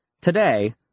Today